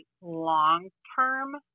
long-term